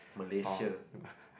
or